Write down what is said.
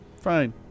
Fine